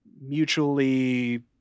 mutually